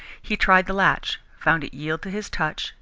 he tried the latch, found it yield to his touch,